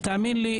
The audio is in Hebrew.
תאמין לי,